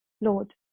Lord